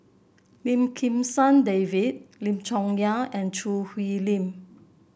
Lim Kim San David Lim Chong Yah and Choo Hwee Lim